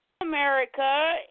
America